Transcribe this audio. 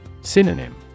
Synonym